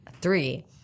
three